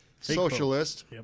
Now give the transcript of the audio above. socialist